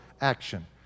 action